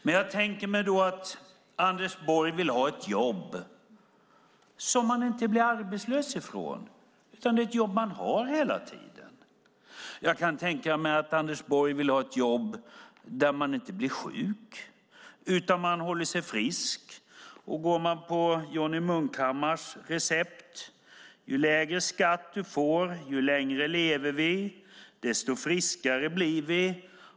Men jag tänker mig då att Anders Borg vill ha ett jobb som man inte blir arbetslös från utan ett jobb som man har hela tiden. Jag kan tänka mig att Anders Borg vill ha ett jobb där man inte blir sjuk utan där man håller sig frisk. Johnny Munkhammars recept är att ju lägre skatt vi har, desto längre lever vi och desto friskare blir vi.